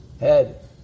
head